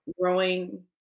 growing